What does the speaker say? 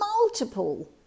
multiple